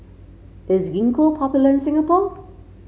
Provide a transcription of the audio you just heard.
is Gingko popular in Singapore